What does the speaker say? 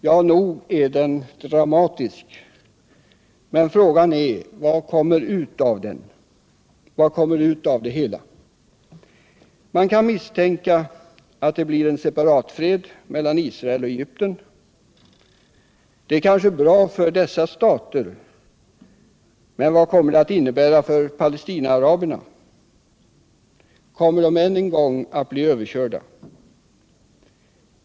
Ja, nog är det dramatiskt, men frågan är vad som kommer ut av det hela. Man kan misstänka att det blir en separatfred mellan Israel och Egypten. Det är kanske bra för dessa stater, men vad kommer det att innebära för palestinaaraberna? Kommer de än en gång att bli överkörda?